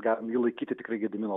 galim jį laikyti tikrai gedimino